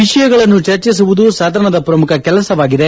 ವಿಷಯಗಳನ್ನು ಚರ್ಚಿಸುವುದು ಸದನದ ಪ್ರಮುಖ ಕೆಲಸವಾಗಿದೆ